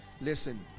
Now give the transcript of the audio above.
Listen